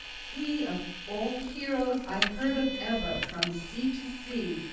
he, of all heroes i heard of ever from sea to sea,